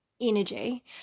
energy